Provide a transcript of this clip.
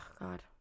God